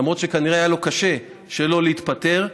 למרות שכנראה היה לו קשה שלא להתפטר.